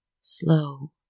Slow